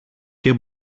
και